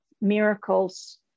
miracles